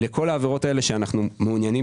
לכל העבירות האלה שאנחנו מעוניינים